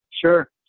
Sure